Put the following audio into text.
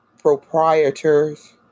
Proprietors